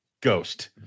ghost